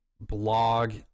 blog